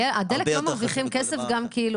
אני מכירה בתי חולים שכן עשו את זה.